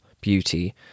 beauty